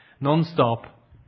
non-stop